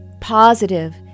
positive